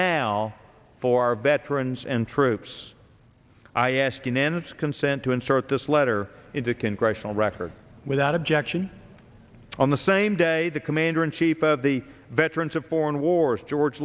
now for veterans and troops i ask unanimous consent to insert this letter into congressional record without objection on the same day the commander in chief of the veterans of foreign wars george